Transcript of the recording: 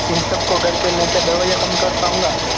उन सबको करके मैं क्या मैं दवाइयाँ कम कर पाऊंगा